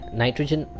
nitrogen